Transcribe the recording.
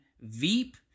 Veep